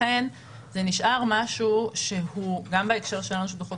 לכן זה נשאר משהו שהוא גם בהקשר של דוחות